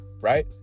Right